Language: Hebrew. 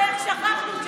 איך שכחנו.